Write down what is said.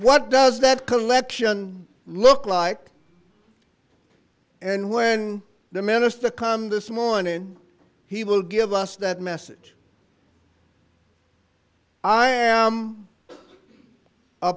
what does that collection look like and when the minister come this morning he will give us that message i am a